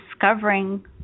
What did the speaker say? discovering